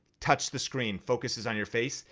touch the screen focuses on your face,